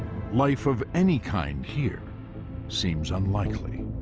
life of any kind here seems unlikely.